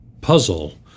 puzzle